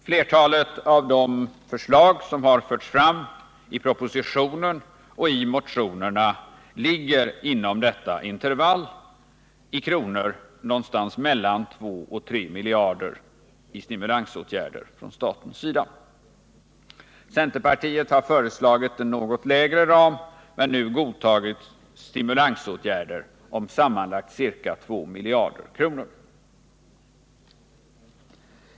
Flertalet av de förslag som har förts fram i propositionen och i motionerna ligger inom detta intervall, i kronor någonstans mellan 2 och 3 miljarder i stimulansåtgärder från statens sida. Centerpartiet har föreslagit en lägre ram men nu godtagit stimulansåtgärder om sammanlagt ca 2 miljarder kronor.